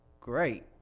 great